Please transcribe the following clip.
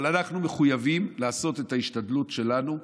אבל אנחנו מחויבים לעשות את ההשתדלות שלנו,